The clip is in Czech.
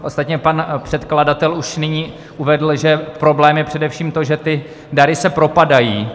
Ostatně pan předkladatel už nyní uvedl, že problém je především to, že ty dary se propadají.